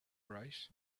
right